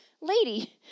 Lady